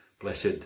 Blessed